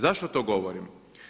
Zašto to govorim?